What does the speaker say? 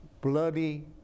bloody